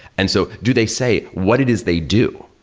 and so do they say what it is they do?